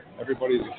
Everybody's